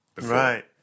Right